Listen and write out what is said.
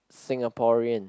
Singaporean